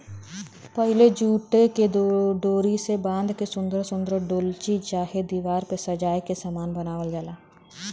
पहिले जूटे के डोरी से बाँध के सुन्दर सुन्दर डोलची चाहे दिवार पे सजाए के सामान बनावल जाला